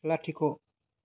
लाथिख'